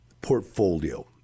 portfolio